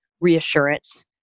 reassurance